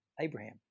Abraham